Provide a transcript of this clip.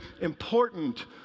important